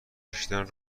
کشیدن